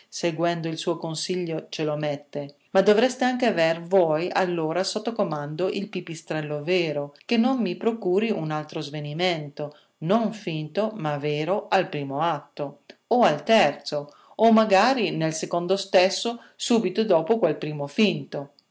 seguendo il suo consiglio ce lo mette ma dovreste anche aver voi allora sotto comando il pipistrello vero che non mi procuri un altro svenimento non finto ma vero al primo atto o al terzo o magari nel secondo stesso subito dopo quel primo finto